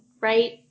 right